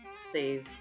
save